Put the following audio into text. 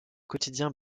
quotidien